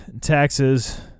taxes